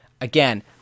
again